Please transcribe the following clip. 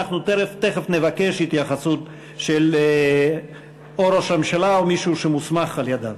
אנחנו תכף נבקש התייחסות של ראש הממשלה או מישהו שמוסמך על-ידו,